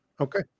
Okay